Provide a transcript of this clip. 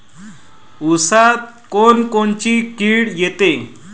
ऊसात कोनकोनची किड येते?